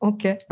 Okay